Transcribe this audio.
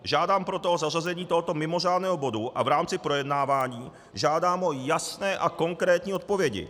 Žádám proto o zařazení tohoto mimořádného bodu a v rámci projednávání žádám o jasné a konkrétní odpovědi.